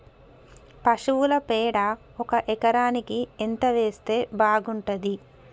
పశువుల పేడ ఒక ఎకరానికి ఎంత వేస్తే బాగుంటది?